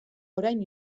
orain